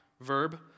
verb